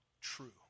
true